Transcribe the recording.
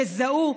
יזהו,